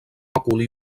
òcul